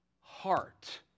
heart